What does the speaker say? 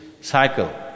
cycle